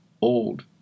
old